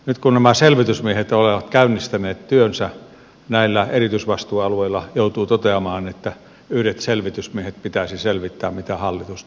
nyt kun nämä selvitysmiehet ovat käynnistäneet työnsä näillä erityisvastuualueilla joutuu toteamaan että yksien selvitysmiesten pitäisi selvittää mitä hallitus tahtoo